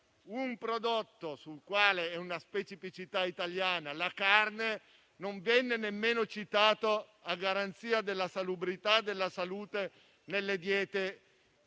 un prodotto che è una specificità italiana, la carne, non venne nemmeno citato a garanzia della salubrità e della salute nelle diete dei